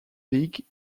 league